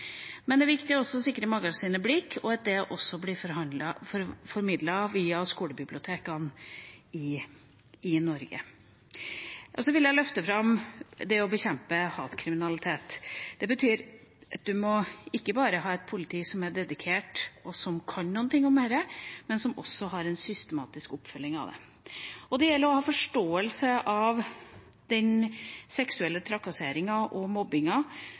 Men det er viktig også å sikre magasinet Blikk, og at det også blir formidlet via skolebibliotekene i Norge. Så vil jeg løfte fram det å bekjempe hatkriminalitet. Det betyr at en må ikke bare ha et politi som er dedikert, og som kan noe om dette, men de må også ha en systematisk oppfølging av det. Det gjelder å ha en forståelse av den seksuelle trakasseringen og